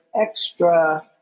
extra